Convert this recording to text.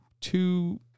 two